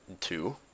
Two